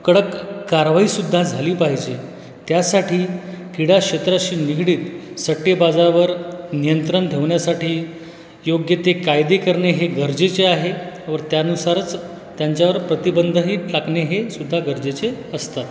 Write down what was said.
कडक कारवाई सुद्धा झाली पाहिजे त्यासाठी क्रीडा क्षेत्राशी निगडीत सट्टेबाजावर नियंत्रण ठेवण्यासाठी योग्य ते कायदे करणे हे गरजेचे आहे व त्यानुसारच त्यांच्यावर प्रतिबंधही टाकणे हे सुद्धा गरजेचे असतात